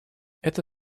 это